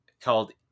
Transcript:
called